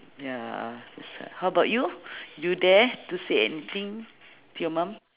ya so sad how about you you dare to say anything to your mum